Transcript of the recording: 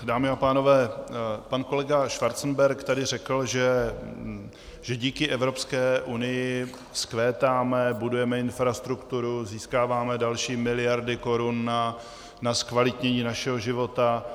Dámy a pánové, pan kolega Schwarzenberg tady řekl, že díky Evropské unii vzkvétáme, budujeme infrastrukturu, získáváme další miliardy korun na zkvalitnění našeho života.